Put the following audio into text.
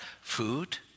Food